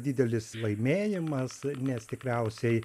didelis laimėjimas nes tikriausiai